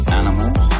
animals